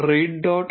read